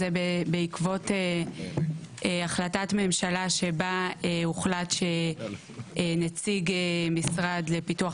זה בעקבות החלטת ממשלה שבה הוחלט שנציג המשרד לפיתוח